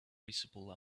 visible